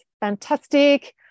fantastic